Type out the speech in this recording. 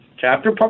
chapter